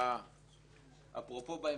תודה.